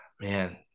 man